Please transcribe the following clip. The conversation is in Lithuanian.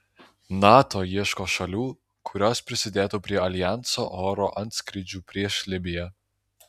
nato ieško šalių kurios prisidėtų prie aljanso oro antskrydžių prieš libiją